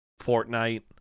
Fortnite